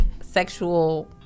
sexual